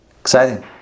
Exciting